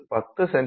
1 மி